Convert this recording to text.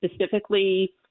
specifically